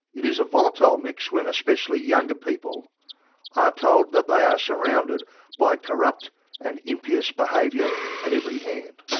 it is a volatile mix when especially younger people are told that they are surrounded by corrupt and impious behaviour at every hand.